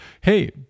hey